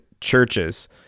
churches